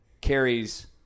carries